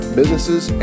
businesses